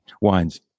wines